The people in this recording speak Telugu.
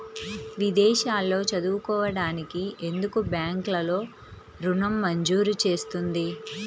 విదేశాల్లో చదువుకోవడానికి ఎందుకు బ్యాంక్లలో ఋణం మంజూరు చేస్తుంది?